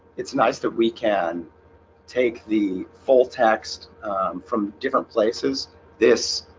it's nice that we can take the full text from different places this